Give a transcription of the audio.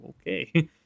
okay